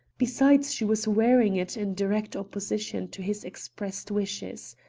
besides, she was wearing it in direct opposition to his expressed wishes.